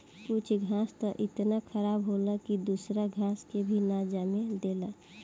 कुछ घास त इतना खराब होला की दूसरा घास के भी ना जामे देला